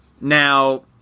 Now